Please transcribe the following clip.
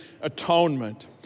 atonement